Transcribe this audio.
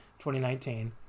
2019